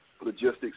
logistics